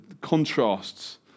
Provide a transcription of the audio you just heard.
contrasts